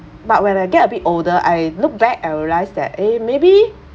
but when I get a bit older I look back I realise that eh maybe